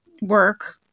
work